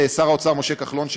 שר האוצר משה כחלון,